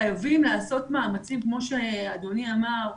חייבים לעשות מאמצים כמו שאדוני אמר,